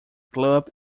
club